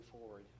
forward